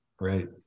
right